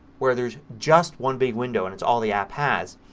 where there's just one big window and it's all the app has,